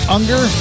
Unger